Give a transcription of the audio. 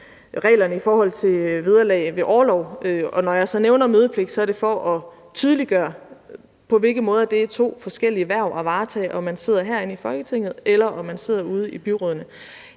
reglerne i forhold til vederlag ved orlov. Og når jeg så nævner mødepligten, er det for at tydeliggøre, på hvilke måder det er to forskellige hverv at varetage, om man sidder herinde i Folketinget, eller om man sidder ude i byrådene.